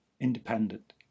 independent